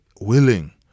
willing